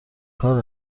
کار